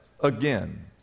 again